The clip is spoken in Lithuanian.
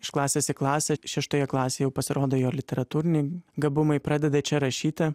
iš klasės į klasę šeštoje klasėje jau pasirodo jo literatūriniai gabumai pradeda čia rašyti